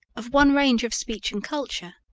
of one range of speech and culture